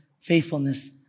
faithfulness